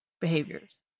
behaviors